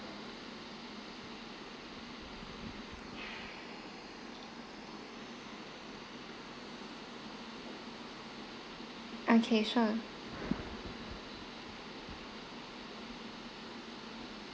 okay sure